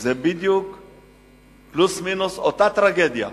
זה פלוס-מינוס אותה טרגדיה.